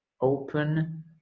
open